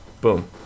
Boom